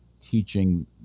teaching